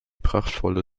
prachtvolle